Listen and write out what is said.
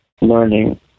learning